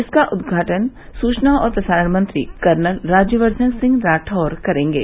इसका उदघाटन सूचना और प्रसारण मंत्री कर्नल राज्यवर्धन सिंह राठौड़ करेंगे